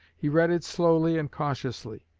he read it slowly and cautiously,